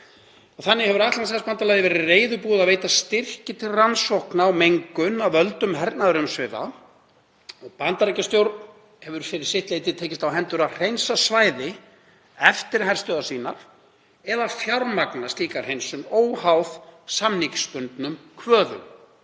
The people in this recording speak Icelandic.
Þannig hefur Atlantshafsbandalagið verið reiðubúið að veita styrki til rannsókna á mengun af völdum hernaðarumsvifa og Bandaríkjastjórn hefur fyrir sitt leyti tekist á hendur að hreinsa svæði eftir herstöðvar sínar eða fjármagna slíka hreinsun óháð samningsbundnum kvöðum.